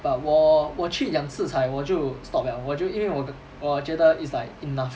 but 我我去两次才我就 stop liao 我就因为我我觉得 it's like enough